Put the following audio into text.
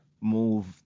move